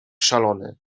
szalony